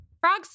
Frogs